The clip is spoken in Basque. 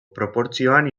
proportzioan